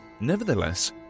Nevertheless